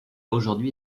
aujourd’hui